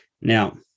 Now